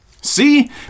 See